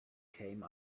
came